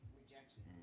rejection